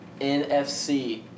NFC